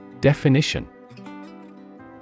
Definition